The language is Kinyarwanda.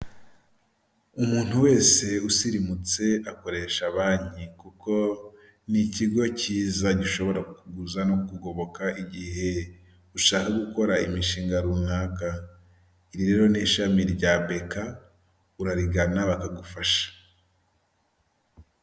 Umuntu wese usirimutse, akoresha banki. Kuko ni ikigo cyiza gishobora kukuguza no kugoboka igihe ushaka gukora imishinga runaka. Iri rero ni ishami rya beka, urarigana bakagufasha.